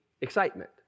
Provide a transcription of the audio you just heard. excitement